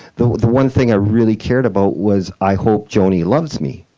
the the one thing i really cared about was, i hope joanie loves me.